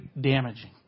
damaging